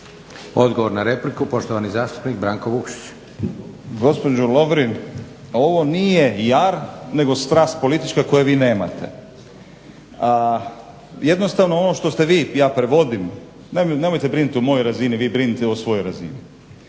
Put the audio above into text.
Branko (Hrvatski laburisti - Stranka rada)** Gospođo Lovrin, ovo nije jar nego strast političara koju vi nemate, jednostavno ono što ste vi ja prevodim, naime nemojte brinut o mojoj razini, vi brinite o svojoj razini.